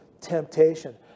temptation